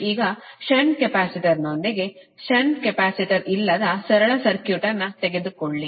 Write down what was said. ಈಗ ಷಂಟ್ ಕೆಪಾಸಿಟರ್ನೊಂದಿಗೆ ಮತ್ತು ಷಂಟ್ ಕೆಪಾಸಿಟರ್ ಇಲ್ಲದ ಸರಳ ಸರ್ಕ್ಯೂಟ್ ತೆಗೆದುಕೊಳ್ಳಿ